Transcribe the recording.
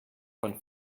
von